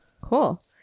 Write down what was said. cool